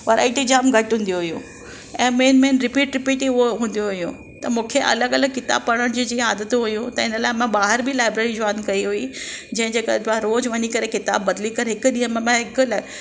variety जामु घटि हूंदियूं हुयूं ऐं मेइन मेइन रीपीट रीपीट ही उहे हूंदियूं त मूंखे अलॻि अलॻि किताबु पढ़णु जीअं आदत हुयूं त हिन लाइ मां ॿाहिरि बि लाइब्रेरी जोइन कई हुई जंहिंजे करे मां रोज़ु वञी करे किताबु बदिली करे हिकु ॾींहुं में मां हिकु ला